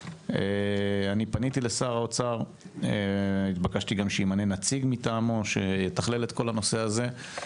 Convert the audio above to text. אני פניתי לשר האוצר וביקשתי שימנה נציג מטעמו שיאחד את כל הנושא הזה,